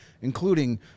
including